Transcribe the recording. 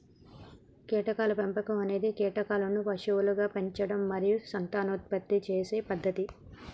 కీటకాల పెంపకం అనేది కీటకాలను పశువులుగా పెంచడం మరియు సంతానోత్పత్తి చేసే పద్ధతి